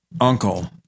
uncle